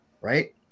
Right